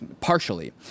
partially